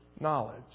knowledge